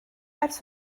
ers